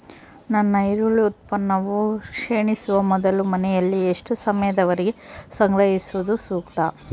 ನನ್ನ ಈರುಳ್ಳಿ ಉತ್ಪನ್ನವು ಕ್ಷೇಣಿಸುವ ಮೊದಲು ಮನೆಯಲ್ಲಿ ಎಷ್ಟು ಸಮಯದವರೆಗೆ ಸಂಗ್ರಹಿಸುವುದು ಸೂಕ್ತ?